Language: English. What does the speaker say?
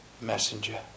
messenger